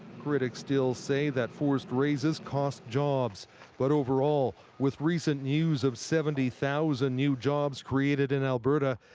critics still say that forced raises cost jobs but overall with recent news of seventy thousand new jobs created in alberta,